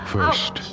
First